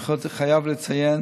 אני חייב לציין